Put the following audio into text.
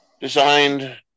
Designed